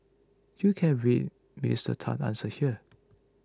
you can read Minister Tan's answer here